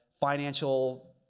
financial